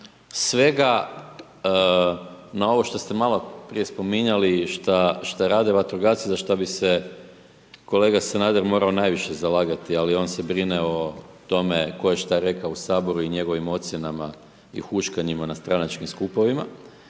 svega na ovo što ste maloprije spominjali, što rade vatrogasci, za što bi se kolega Sanader morao najviše zalagati, ali on se brine o tome tko je što rekao u Saboru i njegovim ocjenama i huškanjima na stranačkim skupovima,